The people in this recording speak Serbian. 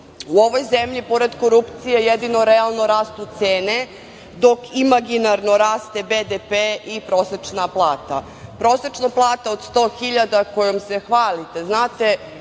ovoj zemlji pored korupcije jedino realno rastu cene dok imaginarno raste BDP i prosečna plata. Prosečna plata od 100 hiljada kojom se hvalite,